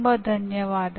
ಧನ್ಯವಾದಗಳು